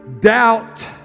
doubt